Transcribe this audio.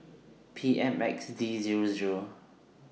P M X D Zero Zero